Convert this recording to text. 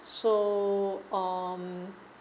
so um